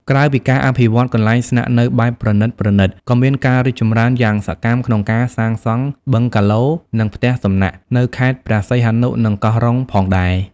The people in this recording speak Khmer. ក្រៅពីការអភិវឌ្ឍន៍កន្លែងស្នាក់នៅបែបប្រណីតៗ ក៏មានការរីកចម្រើនយ៉ាងសកម្មក្នុងការសាងសង់ បឹងហ្គាឡូ និង ផ្ទះសំណាក់ នៅខេត្តព្រះសីហនុ និងកោះរ៉ុងផងដែរ។